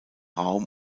raum